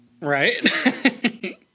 Right